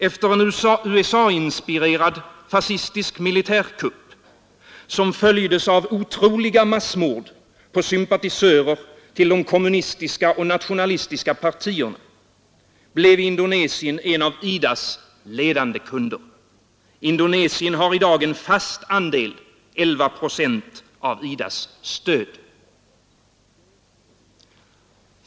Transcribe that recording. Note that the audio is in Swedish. Efter en USA-inspirerad fascistisk militärkupp, som följdes av otroliga massmord på sympatisörer till de kommunistiska och nationalistiska partierna, blev Indonesien en av IDA:s ledande kunder. Indonesien har i dag en fast andel — 11 procent av IDA:s stöd.